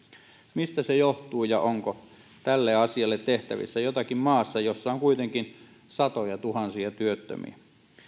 mistä se johtuu ja onko tälle asialle tehtävissä jotakin maassa jossa on kuitenkin satojatuhansia työttömiä